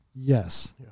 Yes